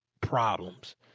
problems